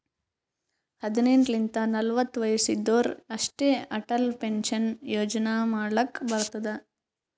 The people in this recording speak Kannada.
ಹದಿನೆಂಟ್ ಲಿಂತ ನಲ್ವತ ವಯಸ್ಸ್ ಇದ್ದೋರ್ ಅಷ್ಟೇ ಅಟಲ್ ಪೆನ್ಷನ್ ಯೋಜನಾ ಮಾಡ್ಲಕ್ ಬರ್ತುದ್